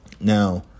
Now